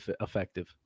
effective